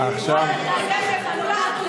הדאגה שלך נוגעת ללב.